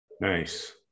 Nice